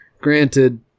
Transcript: Granted